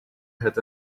had